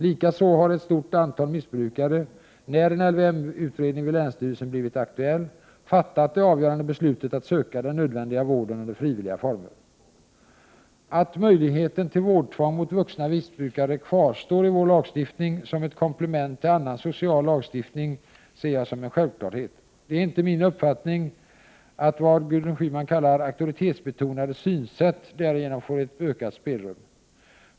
Likaså har ett stort antal missbrukare — när en LVM-utredning vid länsstyrelsen blivit aktuell — fattat det avgörande beslutet att söka den nödvändiga vården under frivilliga former. Att möjligheten till vårdtvång mot vuxna missbrukare kvarstår i vår lagstiftning som ett komplement till annan social lagstiftning ser jag som en självklarhet. Det är inte min uppfattning att vad Gudrun Schyman kallar ”auktoritetsbetonade synsätt” därigenom får ett ökat spelrum.